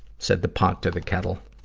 said the pot to the kettle.